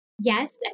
Yes